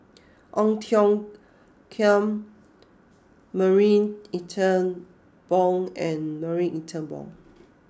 Ong Tiong Khiam Marie Ethel Bong and Marie Ethel Bong